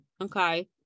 Okay